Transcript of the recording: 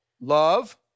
love